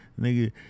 Nigga